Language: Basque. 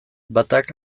batak